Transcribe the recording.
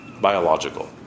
biological